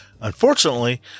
Unfortunately